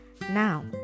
Now